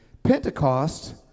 Pentecost